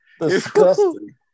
Disgusting